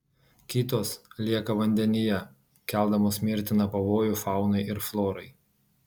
kitos lieka vandenyje keldamos mirtiną pavojų faunai ir florai